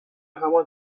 همان